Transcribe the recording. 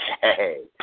Hey